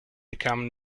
become